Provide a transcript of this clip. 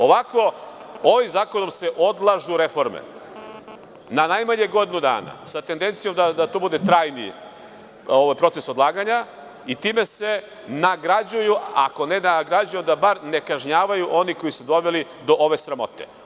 Ovako, ovim zakonom se odlažu reforme na najmanje godinu dana sa tendencijom da to bude trajni proces odlaganja i time se nagrađuju, ako ne nagrađuju, onda bar ne kažnjavaju oni koji su doveli do ove sramote.